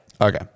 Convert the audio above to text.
Okay